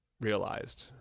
realized